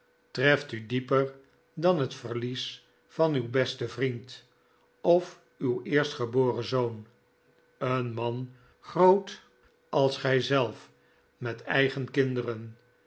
treft u dieper dan het verlies van uw besten vriend of uw eerstgeboren zoon een man groot als gijzelf met eigen kinderen